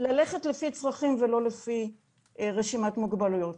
ללכת לפי צרכים, ולא לפי רשימת מוגבלויות.